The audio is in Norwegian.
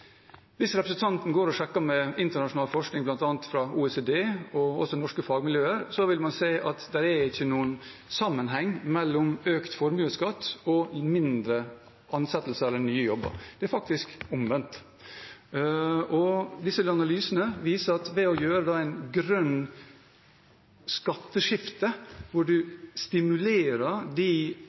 Hvis representanten sjekker med internasjonal forskning, bl.a. fra OECD, og også fra norske fagmiljøer, vil man se at det ikke er noen sammenheng mellom økt formuesskatt og færre ansettelser eller nye jobber. Det er faktisk omvendt. Disse analysene viser at ved å gjennomføre et grønt skatteskifte, hvor en stimulerer de